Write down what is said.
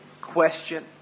question